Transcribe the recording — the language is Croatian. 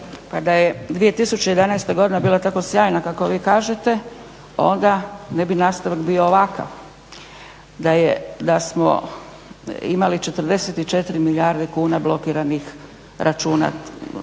da je 2011. godina bila tako sjajna kako vi kažete onda ne bi nastavak bio ovakav. Da smo imali 44 milijarde kuna blokiranih računa